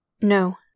No